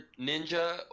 ninja